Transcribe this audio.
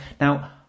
Now